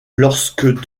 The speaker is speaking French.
lorsque